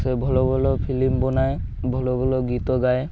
ସେ ଭଲ ଭଲ ଫିଲିମ୍ ବନାଏ ଭଲ ଭଲ ଗୀତ ଗାଏ